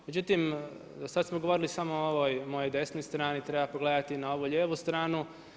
Međutim, do sada smo govorili samo o ovoj mojoj desnoj strani, treba pogledati i na ovu lijevu stranu.